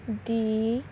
ਦੀ